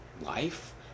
life